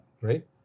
right